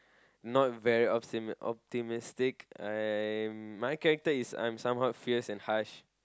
not very optimis~ optimistic I'm my character is I'm someone fierce and harsh